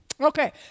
Okay